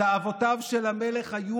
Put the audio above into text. תאוותיו של המלך היו